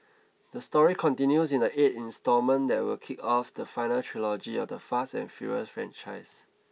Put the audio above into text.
the story continues in the eight instalment that will kick off the final trilogy of the fast and furious franchise